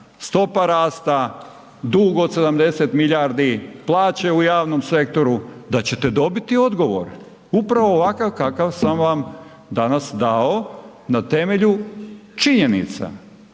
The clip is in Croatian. stopa rasta, dug od 70 milijardi, plaće u javnom sektoru, da ćete dobiti odgovor, upravo ovakav kakav sam vam danas dao na temelju činjenicu,